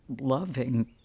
loving